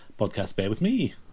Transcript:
podcastbearwithme